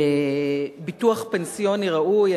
ביטוח פנסיוני ראוי,